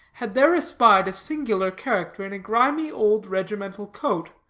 had there espied a singular character in a grimy old regimental coat,